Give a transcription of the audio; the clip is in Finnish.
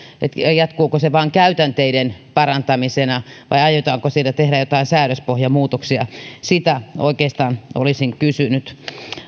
jatkuuko se vain käytänteiden parantamisena vai aiotaanko siinä tehdä jotain säädöspohjamuutoksia sitä oikeastaan olisin kysynyt